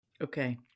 Okay